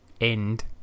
end